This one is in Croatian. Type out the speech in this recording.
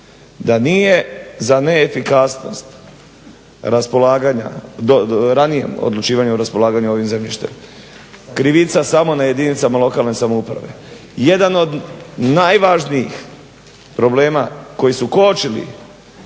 da nije za neefikasnost raspolaganja, ranijem odlučivanju o raspolaganju ovim zemljištem krivica samo na jedinicama lokalne samouprave. Jedan od najvažnijih problema koji su kočili,